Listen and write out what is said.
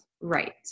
Right